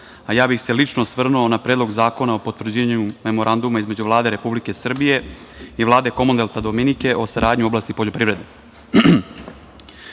a ja bih se lično osvrnuo na Predlog zakona o potvrđivanju Memoranduma između Vlade Republike Srbije i Vlade Komonvelta Dominike o saradnji u oblasti poljoprivrede. Pre